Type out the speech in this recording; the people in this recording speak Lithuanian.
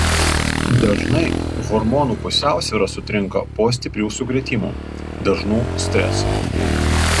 dažnai hormonų pusiausvyra sutrinka po stiprių sukrėtimų dažnų streso